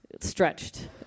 stretched